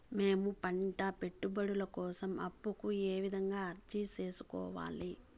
మేము పంట పెట్టుబడుల కోసం అప్పు కు ఏ విధంగా అర్జీ సేసుకోవాలి?